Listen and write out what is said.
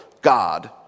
God